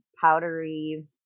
powdery